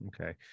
Okay